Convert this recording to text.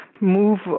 move